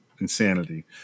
Insanity